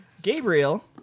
Gabriel